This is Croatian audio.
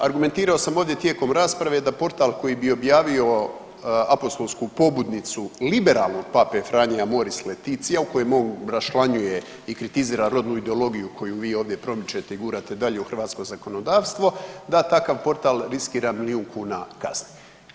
Argumentirao sam ovdje tijekom rasprave da portal koji bi objavio apostolsku pobudnicu liberalnog Pape Franje „Amoris laetitia“ u kojem on raščlanjuje i kritizira rodnu ideologiju koju vi ovdje promičete i gurate dalje u hrvatsko zakonodavstvo da takav portal riskira milijun kuna kazne.